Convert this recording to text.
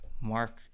Mark